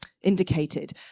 indicated